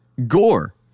Gore